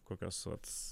kokios vat